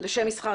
לשם מסחר.